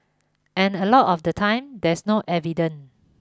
and a lot of the time there's no evident